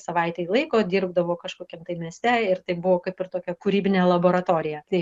savaitei laiko dirbdavo kažkokiam mieste ir tai buvo kaip ir tokia kūrybinė laboratorija tai